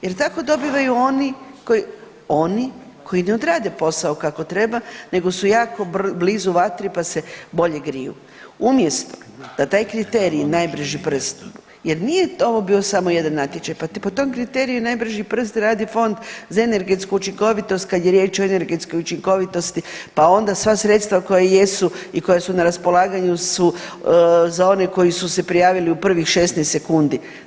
Jer tako dobivaju oni koji, oni koji ne odrade posao kako treba, nego su jako blizu vatri pa se bolje griju, umjesto da taj kriterij najbrži prst jer nije to, ovo bio samo jedan natječaj, po tom kriteriju najbrži prst radi Fond za energetsku učinkovitosti, kad je riječ o energetskoj učinkovitosti pa onda sva sredstva koja jesu i koja su na raspolaganju su za one koji su se prijavili u prvih 16 sekundi.